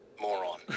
moron